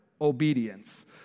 obedience